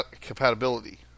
compatibility